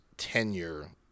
tenure